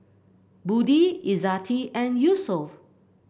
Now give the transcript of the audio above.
Budi Izzati and Yusuf